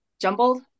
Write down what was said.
jumbled